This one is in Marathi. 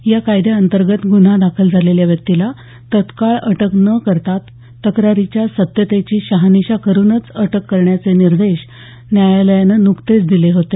या कायद्यांतर्गत गुन्हा दाखल झालेल्या व्यक्तीला तत्काळ अटक न करता तक्रारीच्या सत्यतेची शहानिशा करूनच अटक करण्याचे निर्देश न्यायालयानं वीस मार्चला दिले होते